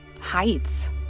Heights